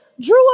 drew